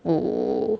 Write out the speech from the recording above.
oh